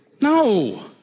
No